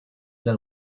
del